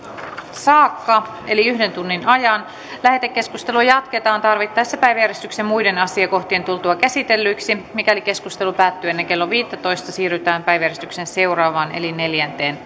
saakka eli yhden tunnin ajan lähetekeskustelua jatketaan tarvittaessa päiväjärjestyksen muiden asiakohtien tultua käsitellyiksi mikäli keskustelu päättyy ennen kello viittätoista siirrytään päiväjärjestyksen seuraavaan eli neljänteen